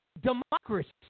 democracy